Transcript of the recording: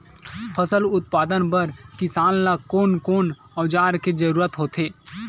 फसल उत्पादन बर किसान ला कोन कोन औजार के जरूरत होथे?